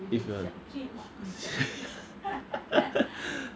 if a